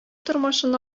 тормышын